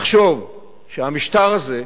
לחשוב שהמשטר הזה,